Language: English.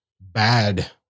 bad